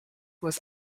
was